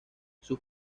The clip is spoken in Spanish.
sus